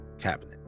cabinet